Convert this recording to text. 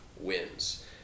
wins